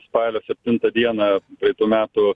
spalio septintą dieną praeitų metų